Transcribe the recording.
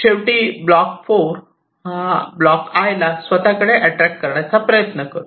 शेवटी block 4 block 'I' ला स्वतःकडे अट्रॅक्ट करण्याचा प्रयत्न करतो